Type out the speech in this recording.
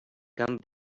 came